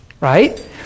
Right